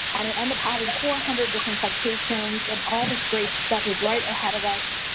and it end up having four hundred different citations, and all this great stuff was right ahead of us.